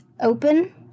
open